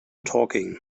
talking